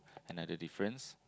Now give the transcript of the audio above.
another difference